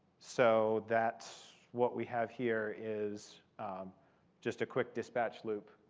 so that's what we have here, is just a quick dispatch loop.